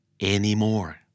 anymore